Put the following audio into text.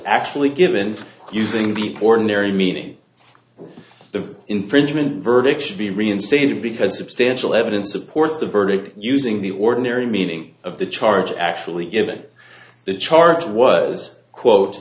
actually given using the ordinary meanie the infringement verdict should be reinstated because substantial evidence supports the verdict using the ordinary meaning of the charge actually given the charge was quote